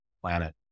planet